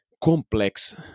complex